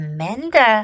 Amanda，